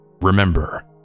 remember